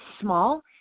small